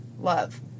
love